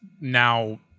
now